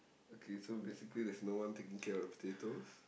okay so basically there's no one taking care of the potatoes